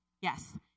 yes